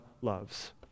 loves